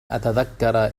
أتذكر